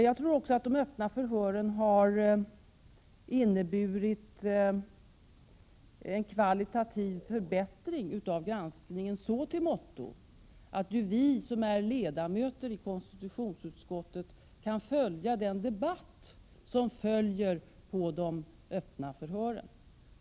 Jag tror också att de öppna förhören har inneburit en kvalitativ förbättring av granskningen så till vida att vi som är ledamöter i konstitutionsutskottet kan ta del av den debatt som följer på de öppna förhören.